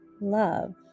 love